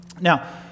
Now